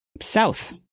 south